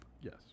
Yes